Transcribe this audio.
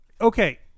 okay